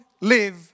live